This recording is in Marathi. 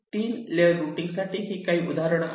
3 लेयर रूटिंगसाठी ही काही उदाहरणे आहेत